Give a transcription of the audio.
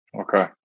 Okay